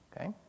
okay